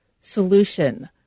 solution